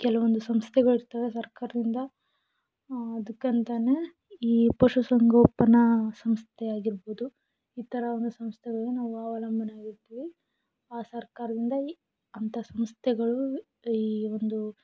ಕೆಲವೊಂದು ಸಂಸ್ಥೆಗಳಿರ್ತವೆ ಸರ್ಕಾರದಿಂದ ಅದಕ್ಕಂತಾನೆ ಈ ಪಶುಸಂಗೋಪನಾ ಸಂಸ್ಥೆಯಾಗಿರ್ಬೋದು ಈ ಥರ ಒಂದು ಸಂಸ್ಥೆಗಳಿಗೆ ನಾವು ಅವಲಂಬನೆ ಆಗಿರ್ತೀವಿ ಆ ಸರ್ಕಾರದಿಂದ ಇ ಅಂಥ ಸಂಸ್ಥೆಗಳು ಈ ಒಂದು